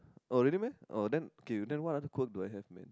oh really meh oh then okay then what other quirk do I have man